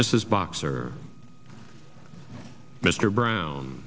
mrs boxer mr brown